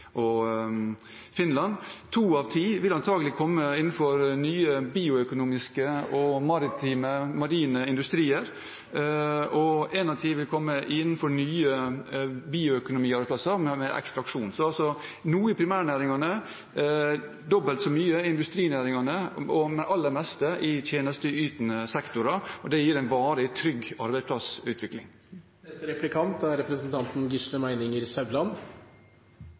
marine industrier, og én av ti vil komme innenfor nye bioøkonomiarbeidsplasser med ekstraksjon, altså noe i primærnæringene, dobbelt så mye i industrinæringene og det aller meste i tjenesteytende sektorer. Det gir en varig, trygg arbeidsplassutvikling. Ett tiltak som vil bidra til å redusere utslippene drastisk, er